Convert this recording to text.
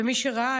ומי שראה,